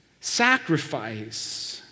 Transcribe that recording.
sacrifice